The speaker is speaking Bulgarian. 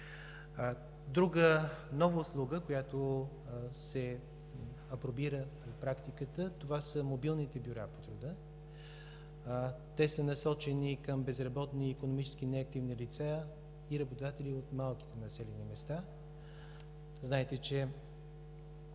Друга нова услуга, която се апробира в практиката, са мобилните бюра по труда. Те са насочени към безработни и икономически неактивни лица и работодатели от малките населени места. Знаете, че